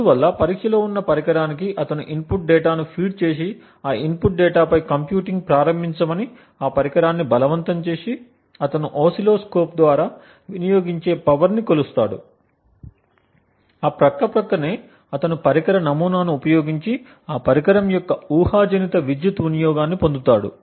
అందువల్ల పరీక్షలో ఉన్న పరికరానికి అతను ఇన్పుట్ డేటాను ఫీడ్ చేసి ఆ ఇన్పుట్ డేటాపై కంప్యూటింగ్ ప్రారంభించమని ఆ పరికరాన్ని బలవంతం చేసి అతను ఓసిల్లోస్కోప్ ద్వారా వినియోగించే పవర్ని కొలుస్తాడు ఆ పక్కపక్కనే అతను పరికర నమూనాను ఉపయోగించి ఆ పరికరం యొక్క ఊహాజనిత విద్యుత్ వినియోగంను పొందుతాడు